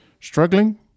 struggling